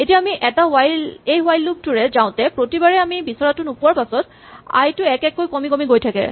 এতিয়া আমি এই হুৱাইল লুপ টোৰে যাওতে প্ৰতিবাৰে আমি বিচৰাটো নোপোৱাৰ পাছত আই টো এক এক কৈ কমি গৈ থাকে